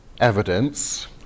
evidence